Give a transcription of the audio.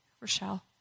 Rochelle